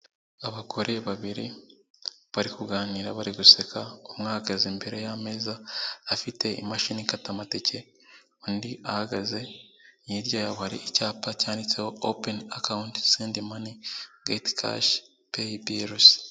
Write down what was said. Abagore babiri bari kuganira bari guseka umwe ahagaze imbere y'ameza, afite imashini ikata amatike undi ahagaze. Hirya wari hari icyapa cyanditseho openi akawunti, sendi mane, gati kashi, peyi bilizi.